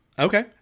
okay